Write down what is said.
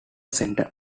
centre